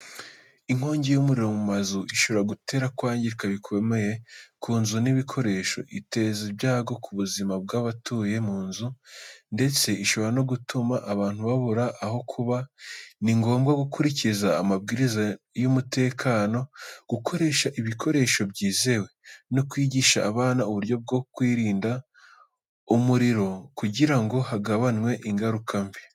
Inkongi y’umuriro mu mazu ishobora gutera kwangirika bikomeye ku nzu n’ibikoresho. Iteza ibyago ku buzima bw’abatuye mu nzu, ndetse ishobora no gutuma abantu babura aho kuba. Ni ngombwa gukurikiza amabwiriza y’umutekano, gukoresha ibikoresho byizewe, no kwigisha abana uburyo bwo kwirinda umuriro kugira ngo hagabanywe ingaruka mbi.